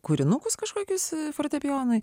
kūrinukus kažkokius fortepijonui